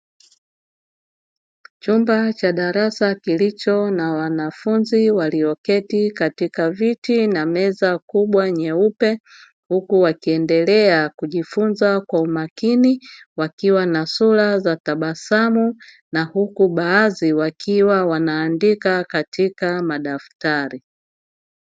Chumba cha darasa kilicho na wanafunzi walioketi katika viti na meza kubwa nyeupe huku wakiendelea kijifunza kwa umakini, wakiwa na sura za tabasamu na huku baadhi wakiwa waandika katika madaftari.